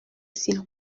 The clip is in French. s’il